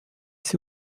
sait